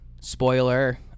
spoiler